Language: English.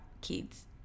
kids